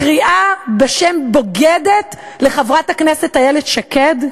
קריאה בשם "בוגדת" לחברת הכנסת איילת שקד?